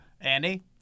Andy